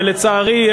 ולצערי,